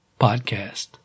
Podcast